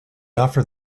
offer